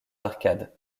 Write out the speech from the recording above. arcades